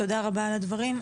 תודה רבה על הדברים.